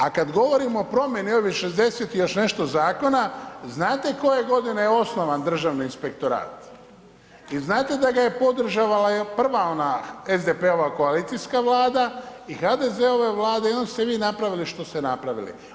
A kad govorimo o promjeni ovih 60 i još nešto zakona znate koje godine je osnovan Državni inspektorat i znate da ga je podržavala prva ona SDP-ova koalicijska vlada i HDZ-ove vlade i onda ste vi napravili što ste napravili.